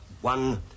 One